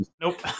nope